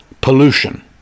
pollution